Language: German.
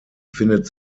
findet